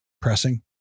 pressing